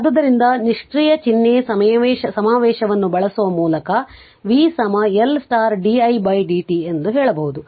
ಆದ್ದರಿಂದ ನಿಷ್ಕ್ರಿಯ ಚಿಹ್ನೆ ಸಮಾವೇಶವನ್ನು ಬಳಸುವ ಮೂಲಕ v L di dt